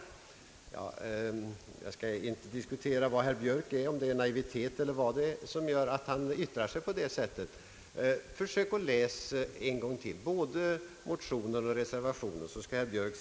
Jag skall inte diskutera vad herr Björk är, om han är naiv eller vad det beror på att han yttrar sig på det sättet. Försök att läsa både motionen och reservationen en gång till!